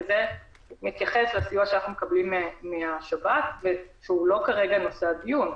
וזה מתייחס לסיוע שאנחנו מקבלים מהשב"כ ושהוא לא כרגע נושא הדיון.